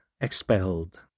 expelled